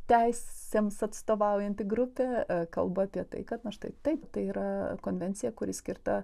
teisėms atstovaujanti grupė kalba apie tai kad na štai taip tai yra konvencija kuri skirta